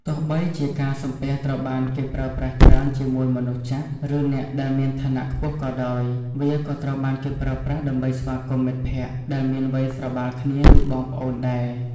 ទោះបីជាការសំពះត្រូវបានគេប្រើប្រាស់ច្រើនជាមួយមនុស្សចាស់ឬអ្នកដែលមានឋានៈខ្ពស់ក៏ដោយ វាក៏ត្រូវបានគេប្រើប្រាស់ដើម្បីស្វាគមន៍មិត្តភក្តិដែលមានវ័យស្របាលគ្នាឬបងប្អូនដែរ។